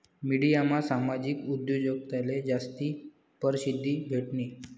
मिडियामा सामाजिक उद्योजकताले जास्ती परशिद्धी भेटनी